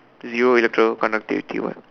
zero electro conductivity what